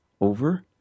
over